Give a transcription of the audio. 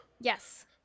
yes